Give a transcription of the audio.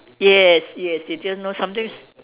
yes yes they didn't know something is